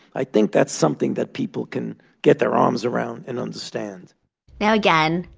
i think that's something that people can get their arms around and understand now, again,